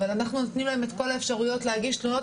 אבל אנחנו נותנים להם את כל האפשרויות להגיש תלונות.